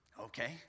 okay